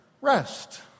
Rest